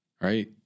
Right